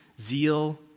zeal